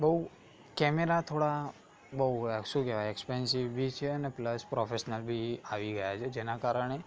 બહુ કેમેરા થોડા બહુ શું કહેવાય એક્સપેન્સિવ બી છે અને પ્રોફેશ્નલ બી આવી ગયા છે જેના કારણે